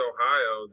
Ohio